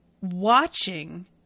watching